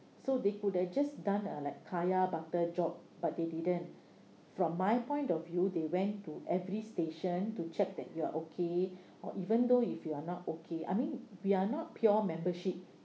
so they could have just done uh like kaya butter job but they didn't from my point of view they went to every station to check that you are okay or even though if you are not okay I mean we're not pure membership